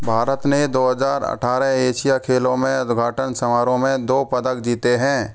भारत ने दो हज़ार अठारह एशियाई खेलों में उद्घाटन समारोह में दो पदक जीते हैं